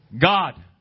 God